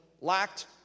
lacked